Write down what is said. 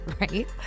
right